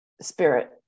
spirit